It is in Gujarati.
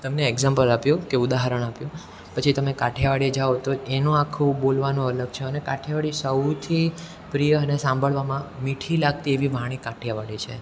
તમને એક્સામ્પલ આપ્યું કે ઉદાહરણ આપ્યું પછી તમે કાઠિયાવાડ જાઓ તો એનું આખું બોલવાનું અલગ છે અને કાઠિયાવાડી સૌથી પ્રિય અને સાંભળવામાં મીઠી લાગતી એવી વાણી કાઠિયાવાડી છે